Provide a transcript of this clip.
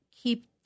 keep